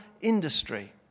industry